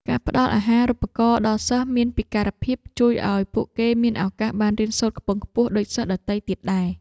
ការផ្តល់អាហារូបករណ៍ដល់សិស្សមានពិការភាពជួយឱ្យពួកគេមានឱកាសបានរៀនសូត្រខ្ពង់ខ្ពស់ដូចសិស្សដទៃទៀតដែរ។